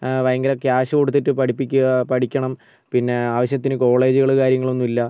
ഭയങ്കര ക്യാഷ് കൊടുത്തിട്ട് പഠിപ്പിക്കുക പഠിക്കണം പിന്നെ ആവശ്യത്തിന് കോളേജുകൾ കാര്യങ്ങളൊന്നുമില്ല